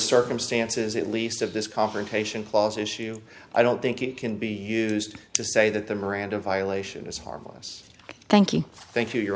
circumstances at least of this confrontation clause issue i don't think it can be used to say that the miranda violation is harmless thank you thank you you